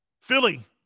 Philly